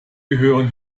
gehören